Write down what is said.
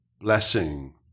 Blessing